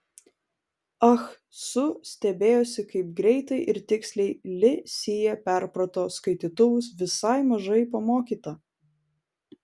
ah su stebėjosi kaip greitai ir tiksliai li sija perprato skaitytuvus visai mažai pamokyta